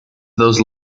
those